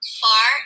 far